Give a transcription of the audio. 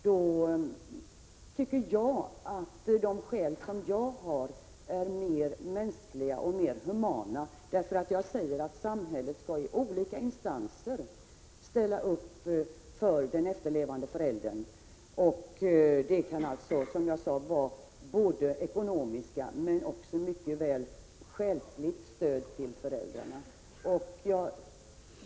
Då tycker jag att de möjligheter jag har anvisat är mer humana. Samhället skall i olika instanser ställa upp för de efterlevande föräldrarna. Det kan gälla att ge dem ekonomiskt stöd, men det kan också mycket väl gälla att ge psykologiskt stöd.